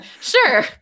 Sure